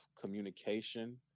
communication